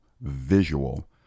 visual